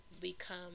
become